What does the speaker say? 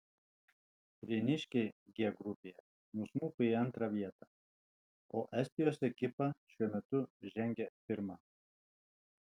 prieniškiai g grupėje nusmuko į antrą vietą o estijos ekipa šiuo metu žengia pirma